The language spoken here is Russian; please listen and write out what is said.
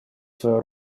свою